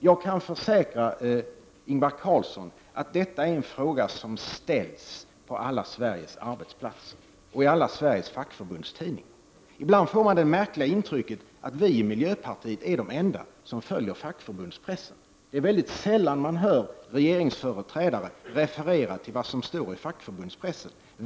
Jag kan försäkra Ingvar Carlsson att detta är en fråga som ställs på alla Sveriges arbetsplatser och i alla Sveriges fackförbundstidningar. Ibland får jag det märkliga intrycket att vi i miljöpartiet är de enda som följer fackförbundspressen. Det är väldigt sällan man hör regeringsföreträdare referera till vad som står i fackförbundspressen.